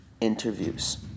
interviews